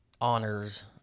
honors